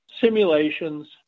simulations